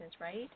right